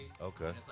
Okay